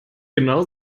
genau